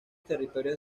territorios